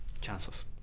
chances